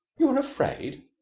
you are afraid?